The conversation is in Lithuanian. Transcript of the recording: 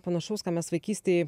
panašaus ką mes vaikystėj